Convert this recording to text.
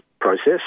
process